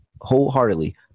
wholeheartedly